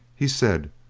he said,